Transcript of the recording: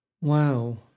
Wow